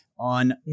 on